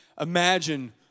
imagine